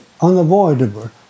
unavoidable